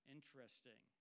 Interesting